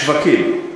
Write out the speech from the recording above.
שווקים,